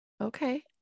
okay